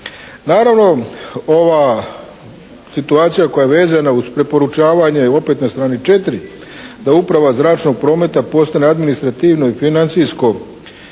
Naravno ova situacija koja je vezana uz preporučavanje opet na strani četiri da uprava zračnog prometa postane administrativno i financijsko